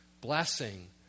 blessing